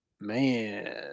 Man